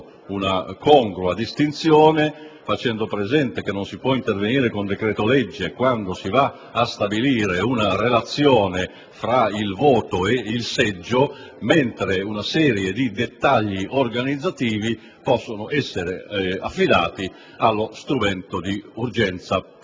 una congrua distinzione, facendo presente che non si può intervenire con decreto-legge quando si va a stabilire una relazione fra il voto e il seggio ma riconoscendo che i dettagli organizzativi possono essere affidati ad uno strumento di urgenza.